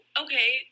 okay